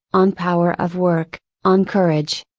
on power of work, on courage.